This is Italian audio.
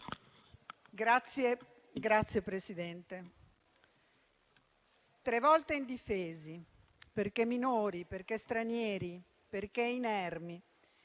Signor Presidente, «tre volte indifesi perché minori, perché stranieri, perché inermi,